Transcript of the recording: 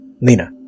Lena